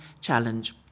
challenge